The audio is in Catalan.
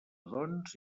doncs